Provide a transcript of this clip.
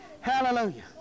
Hallelujah